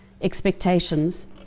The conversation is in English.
expectations